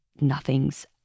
nothing's